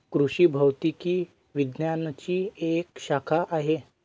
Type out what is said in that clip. कृषि भौतिकी विज्ञानची एक शाखा आहे